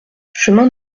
chemin